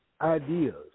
ideas